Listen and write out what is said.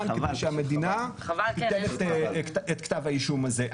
חלף כבר מספיק זמן כדי שהמדינה תיתן את כתב האישום הזה.